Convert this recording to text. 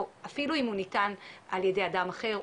אפילו אם הוא ניתן על ידי אדם אחר,